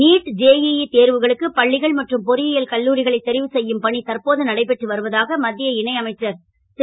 NEET JEE தேர்வுகளுக்கு பள்ளிகள் மற்றும் பொறி யல் கல்லூரிகளை தெரிவு செ யும் பணி தற்போது நடைபெற்று வருவதாக மத் ய இணை அமைச்சர் ரு